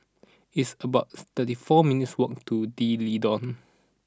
it's about thirty four minutes' walk to D'Leedon